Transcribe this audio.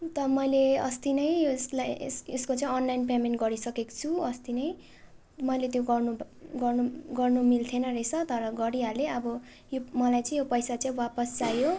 अन्त मैले अस्ति नै यसलाई यस यसको चाहिँ अनलाइन पेमेन्ट गरिसकेको छु अस्ति नै मैले त्यो गर्नु गर्नु गर्नु मिल्थेन रहेछ तर गरिहालेँ अब यो मलाई चाहिँ यो पैसा चाहिँ वापस चाहियो